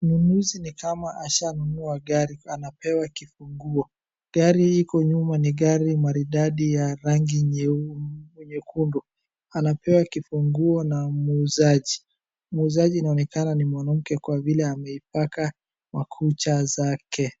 Mnunuzi ni kama ashanunua gari, anapewa kifunguo. Gari iko nyuma ni gari maridadi ya rangi nyeu-nyekundu. Anapewa kifunguo na muuzaji. Muuzaji inaonekana ni mwanamke kwa vile ameipaka makucha zake.